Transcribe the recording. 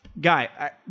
Guy